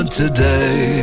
today